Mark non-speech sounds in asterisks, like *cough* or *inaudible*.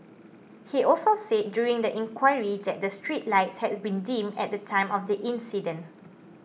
he also said during the inquiry that the street lights has been dim at the time of the accident *noise*